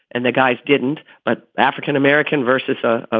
and the guys didn't. but african-american versus a, ah